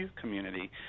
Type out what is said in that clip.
community